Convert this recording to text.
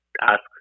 ask